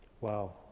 wow